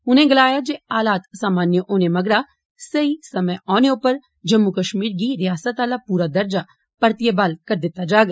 उनें गलाया जे हालात सामान्य होने मगरा सेई समें औने उप्पर जम्मू कष्मीर गी रिआसत आला पूरा दर्जा परतियै ब्हाल करी दितता जाग